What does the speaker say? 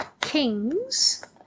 Kings